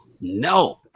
no